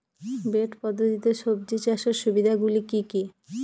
Bed পদ্ধতিতে সবজি চাষের সুবিধাগুলি কি কি?